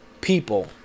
people